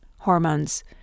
hormones